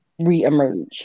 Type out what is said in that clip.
reemerge